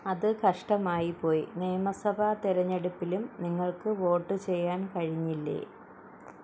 അത് കഷ്ടമായിപ്പോയി നിയമസഭാ തിരഞ്ഞെടുപ്പിലും നിങ്ങൾക്ക് വോട്ട് ചെയ്യാൻ കഴിഞ്ഞില്ലേ